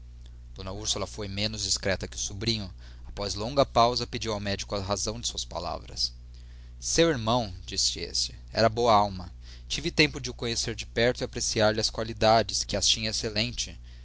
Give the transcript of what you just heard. d úrsula foi menos discreta que o sobrinho após longa pausa pediu ao médico a razão de suas palavras seu irmão disse este era boa alma tive tempo de o conhecer de perto e apreciarlhe as qualidades que as tinha excelentes